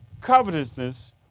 covetousness